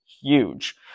huge